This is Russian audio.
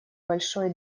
большой